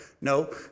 No